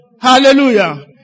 Hallelujah